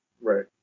right